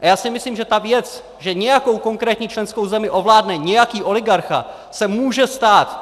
A já si myslím, že ta věc, že nějakou konkrétní členskou zemi ovládne nějaký oligarcha, se může stát.